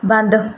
ਬੰਦ